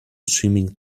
swimming